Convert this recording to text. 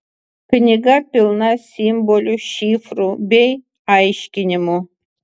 knyga pilna simbolių šifrų bei aiškinimų